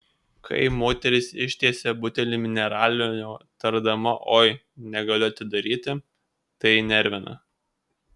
kai moteris ištiesia butelį mineralinio tardama oi negaliu atidaryti tai nervina